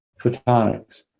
photonics